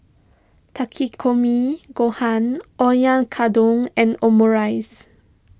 Takikomi Gohan Oyakodon and Omurice